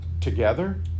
together